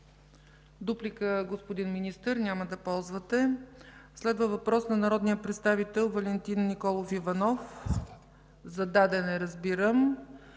Дуплика, господин Министър? Няма да ползвате. Следва въпрос на народния представител Валентин Николов Иванов – зададен е разбирам.